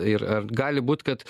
ir ar gali būt kad